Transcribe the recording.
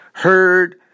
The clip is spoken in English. Heard